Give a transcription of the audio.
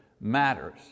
matters